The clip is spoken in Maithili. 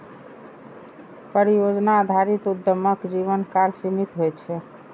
परियोजना आधारित उद्यमक जीवनकाल सीमित होइ छै